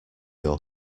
your